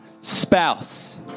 spouse